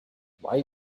why